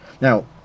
Now